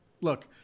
look